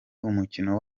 umukino